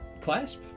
Clasp